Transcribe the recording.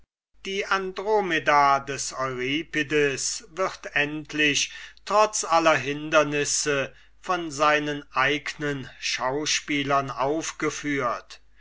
die andromeda des euripides wird endlich trotz aller hindernisse von seiner eignen truppe aufgeführt